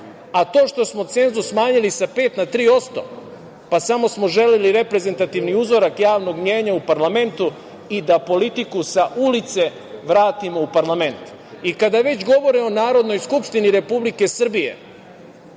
To što smo cenzus smanjili sa 5 na 3%, samo smo želeli reprezentativni uzorak javnog mnjenja u parlamentu i da politiku sa ulice vratimo u parlament. Kada već govore o Narodnoj skupštini Republike Srbije,